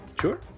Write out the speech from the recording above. Sure